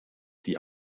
sie